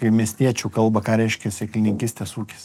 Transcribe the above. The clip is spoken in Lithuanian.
į miestiečių kalbą ką reiškia sėklininkystės ūkis